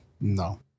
No